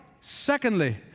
Secondly